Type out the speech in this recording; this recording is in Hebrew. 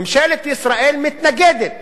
ממשלת ישראל מתנגדת